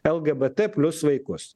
lgbt plius vaikus